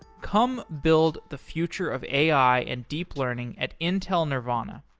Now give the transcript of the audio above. come build the future of ai and deep learning at intel nervana.